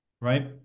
Right